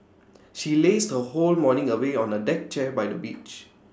she lazed her whole morning away on A deck chair by the beach